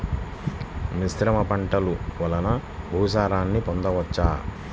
మిశ్రమ పంటలు వలన భూసారాన్ని పొందవచ్చా?